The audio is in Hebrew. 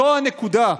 זו הנקודה.